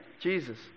Jesus